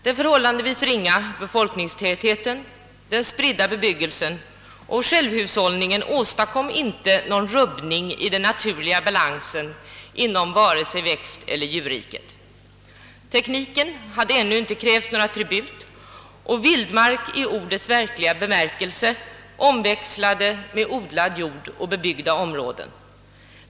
Den förhållandevis ringa befolkningstätheten, den spridda bebyggelsen och självhushållningen åstadkom inte någon rubbning i den naturliga balansen inom vare sig växteller djurriket. Tekniken hade ännu inte krävt någon tribut, och vildmark i ordets verk liga bemärkelse omväxlade med odlad jord och bebyggda områden.